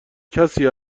کسی